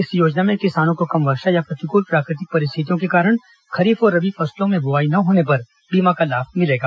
इस योजना में किसानों को कम वर्षा या प्रतिकूल प्राकृतिक परिस्थितियों के कारण खरीफ और रबी फसलों की बोआई ना होने पर बीमा का लाभ मिलेगा